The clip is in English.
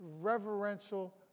reverential